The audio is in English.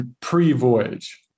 pre-voyage